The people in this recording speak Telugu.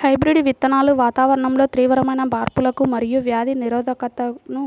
హైబ్రిడ్ విత్తనాలు వాతావరణంలో తీవ్రమైన మార్పులకు మరియు వ్యాధి నిరోధకతను